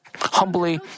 humbly